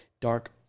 dark